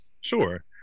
Sure